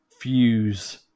fuse